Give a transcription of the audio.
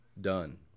done